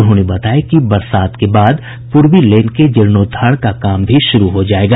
उन्होंने बताया कि बरसात के बाद पूर्वी लेन के जीर्णोद्धार का काम भी शुरू हो जायेगा